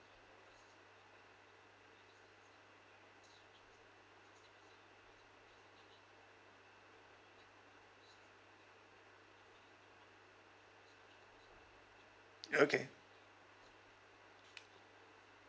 okay